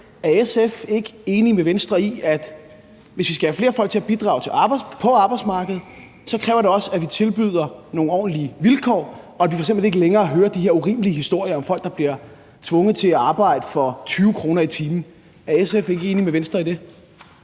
Er SF ikke enig med Venstre i, at hvis vi skal have flere folk til at bidrage på arbejdsmarkedet, kræver det også, at vi tilbyder nogle ordentlige vilkår, og at vi f.eks. ikke længere hører de her urimelige historier om folk, der bliver tvunget til at arbejde for 20 kr. i timen? Er SF ikke enig med Venstre i det?